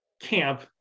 camp